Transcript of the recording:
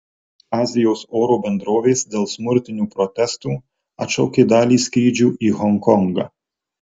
azijos oro bendrovės dėl smurtinių protestų atšaukė dalį skrydžių į honkongą